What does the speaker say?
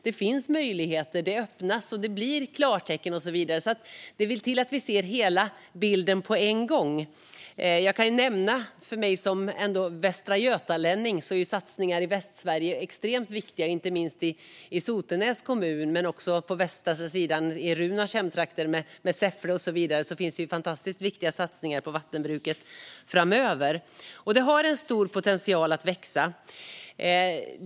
Det öppnas möjligheter och ges klartecken, så det vill till att vi ser hela bilden. För mig som kommer från Västra Götaland är satsningar i Västsverige extremt viktiga, inte minst i Sotenäs kommun. Men också i Runars hemtrakter, i Säffle och så vidare görs fantastiskt viktiga satsningar på vattenbruket framöver. Och det har stor potential att växa.